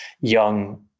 young